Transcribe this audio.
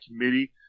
committee